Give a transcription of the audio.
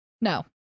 no